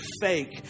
fake